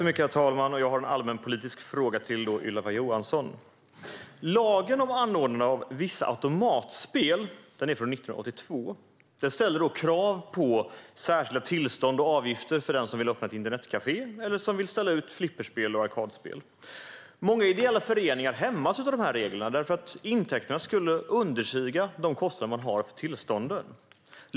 Herr talman! Jag har en allmänpolitisk fråga till Ylva Johansson. Lagen om anordnande av visst automatspel är från 1982. Den ställde krav på särskilda tillstånd och avgifter för den som vill öppna ett internetkafé eller vill ställa ut flipperspel och arkadspel. Många ideella föreningar hämmas av reglerna därför att intäkterna skulle understiga kostnaderna för tillstånden.